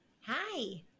Hi